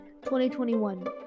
2021